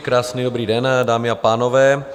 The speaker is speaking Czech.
Krásný dobrý den, dámy a pánové.